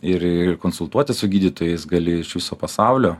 ir ir konsultuotis su gydytojais gali iš viso pasaulio